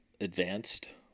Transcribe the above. advanced